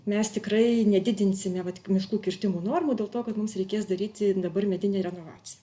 mes tikrai nedidinsime vat miškų kirtimų normų dėl to kad mums reikės daryti dabar medinę renovaciją